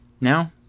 now